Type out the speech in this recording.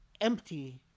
empty